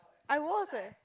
I was eh